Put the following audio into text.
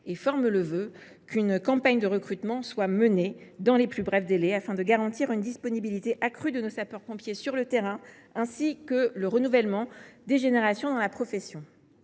Il forme le vœu qu’une campagne de recrutement soit menée dans les plus brefs délais, afin de garantir une disponibilité accrue de nos sapeurs pompiers sur le terrain, ainsi que le renouvellement des générations dans la profession.